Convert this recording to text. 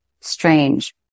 strange